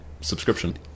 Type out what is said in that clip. subscription